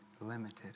limited